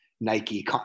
Nike